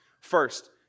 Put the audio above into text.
First